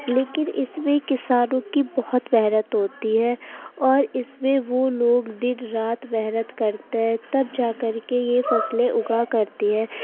لیکن اس میں کسانوں کی بہت محنت ہوتی ہے اور اس میں وہ لوگ دن رات محنت کرتے ہیں تب جا کر کے یہ فصلیں اگا کرتی ہے